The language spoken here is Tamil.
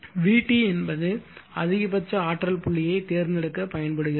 Vt என்பது அதிகபட்ச ஆற்றல் புள்ளியை தேர்ந்தெடுக்க பயன்படுகிறது